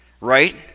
Right